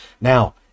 Now